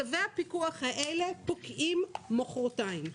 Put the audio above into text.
צווי הפיקוח האלה פוקעים מוחרתיים.